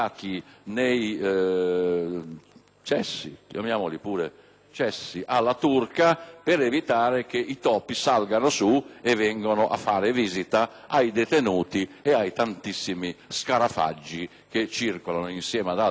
"cessi", chiamiamoli pure così, alla turca per evitare che i topi salgano su e vengano a far visita ai detenuti, di tantissimi scarafaggi che circolano insieme ad altri animaletti in queste celle